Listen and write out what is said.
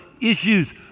issues